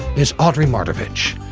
is audrey mardavich,